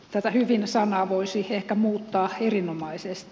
tämän hyvin voisi ehkä muuttaa erinomaisesti